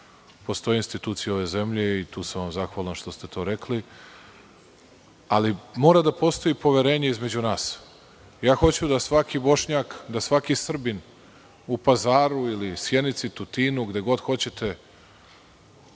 Postoje institucije ove zemlje i tu se sam vam zahvalan što ste to rekli, ali mora da postoji poverenje između nas. Hoću da svaki Bošnjak, da svaki Srbin u Pazaru ili Sjenici, Tutinu, gde god hoćete,